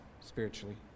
spiritually